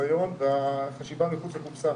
הניסיון והחשיבה מחוץ לקופסה.